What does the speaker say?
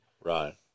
Right